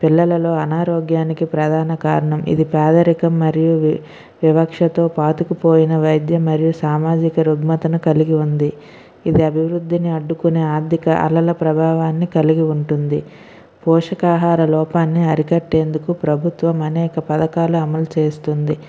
పిల్లలలో అనారోగ్యానికి ప్రధాన కారణం ఇది పేదరికం మరియు వివక్షతో పాతుకుపోయిన వైద్యం మరియు సామాజిక రుగ్మతను కలిగి ఉంది ఇది అభివృద్ధిని అడ్డుకునే ఆర్థిక అలల ప్రభావాన్ని కలిగి ఉంటుంది పోషకాహార లోపాన్ని అరికట్టేందుకు ప్రభుత్వం అనేక పథకాలు అమలు చేస్తుంది